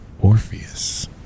Orpheus